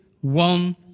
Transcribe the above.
one